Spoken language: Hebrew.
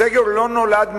הסגר לא נולד מהאוויר.